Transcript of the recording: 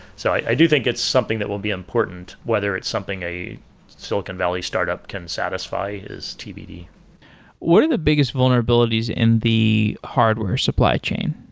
so i do think it's something that will be important, whether it's something a silicon valley startup can satisfy as tbd what are the biggest vulnerabilities in the hardware supply chain?